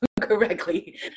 correctly